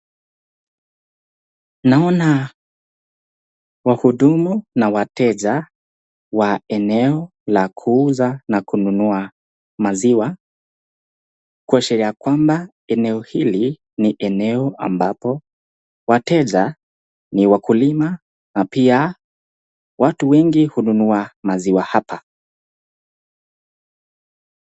Naona wahudumu na wateja wa eneo la kuuza na kununua maziwa kuwashiria kwamba eneo hili ni eneo ambapo wateja ni wakulima na pia watu wengi hununua maziwa hapa.